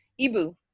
Ibu